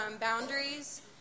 boundaries